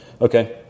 okay